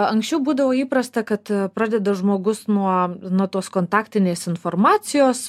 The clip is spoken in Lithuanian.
anksčiau būdavo įprasta kad pradeda žmogus nuo na tos kontaktinės informacijos